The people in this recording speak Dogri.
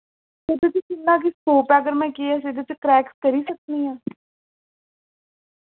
ओह्दे च किन्ना क स्कोप ऐ अगर में ऐस्स एह्दे च क्रैक करी सकनी आं